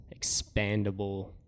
expandable